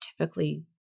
typically